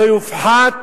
לא יופחת